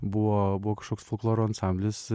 buvo buvo kažkoks folkloro ansamblis